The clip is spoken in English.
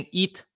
eat